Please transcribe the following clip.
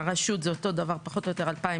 והרשות זה 2,900, פחות או יותר דומה.